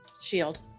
shield